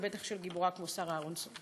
ובטח של גיבורה כמו שרה אהרונסון.